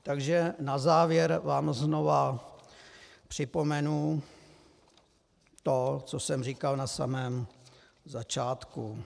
Takže na závěr vám znovu připomenu to, co jsem říkal na samém začátku.